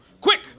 Quick